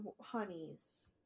honeys